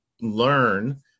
learn